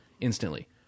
instantly